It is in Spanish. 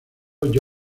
george